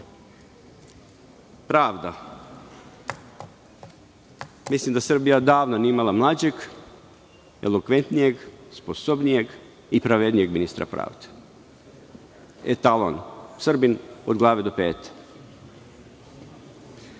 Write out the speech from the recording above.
Sad. Pravda. Mislim da Srbija odavno nije imala mlađeg, elokventnijeg, sposobnijeg i pravednijeg ministra pravde. Etalon, Srbin od glave do pete.Za